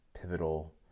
pivotal